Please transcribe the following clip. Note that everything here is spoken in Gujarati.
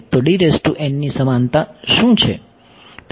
તો ની સમાન શું છે